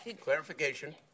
Clarification